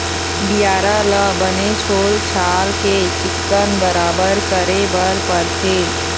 बियारा ल बने छोल छाल के चिक्कन बराबर करे बर परथे